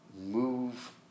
move